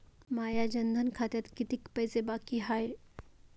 माया जनधन खात्यात कितीक पैसे बाकी हाय?